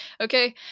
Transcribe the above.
okay